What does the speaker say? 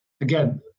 again